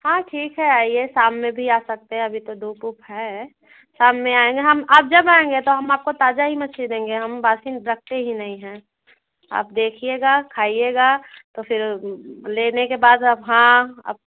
हाँ ठीक है आइए शाम में भी आ सकते हैं अभी तो धूप ऊप है शाम में आएँगे हम आप जब आएँगे तो हम आपको ताज़ा ही मछली देंगे हम बासी रखते ही नहीं है आप देखिएगा खाइएगा तो फिर लेने के बाद आप हाँ